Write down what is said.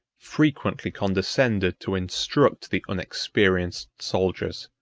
frequently condescended to instruct the unexperienced soldiers,